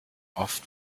oft